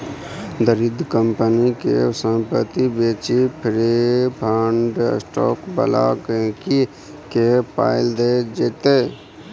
दरिद्र कंपनी केर संपत्ति बेचि प्रिफर्ड स्टॉक बला गांहिकी केँ पाइ देल जेतै